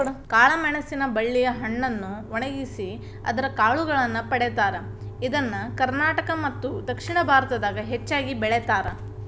ಕಾಳಮೆಣಸಿನ ಬಳ್ಳಿಯ ಹಣ್ಣನ್ನು ಒಣಗಿಸಿ ಅದರ ಕಾಳುಗಳನ್ನ ಪಡೇತಾರ, ಇದನ್ನ ಕರ್ನಾಟಕ ಮತ್ತದಕ್ಷಿಣ ಭಾರತದಾಗ ಹೆಚ್ಚಾಗಿ ಬೆಳೇತಾರ